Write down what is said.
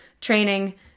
training